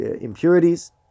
impurities